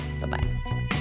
bye-bye